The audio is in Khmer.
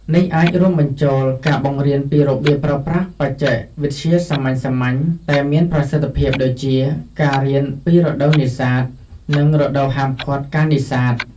នេះអាចរួមបញ្ចូលការបង្រៀនពីរបៀបប្រើប្រាស់បច្ចេកវិទ្យាសាមញ្ញៗ តែមានប្រសិទ្ធភាព ដូចជា ការរៀនពីរដូវនេសាទ និងរដូវហាមឃាត់ការនេសាទ។